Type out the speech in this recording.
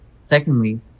Secondly